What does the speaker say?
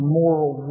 moral